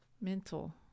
mental